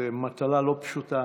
זו מטלה לא פשוטה,